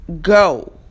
go